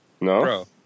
No